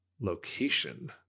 location